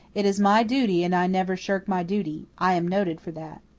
it is my duty and i never shirk my duty. i am noted for that.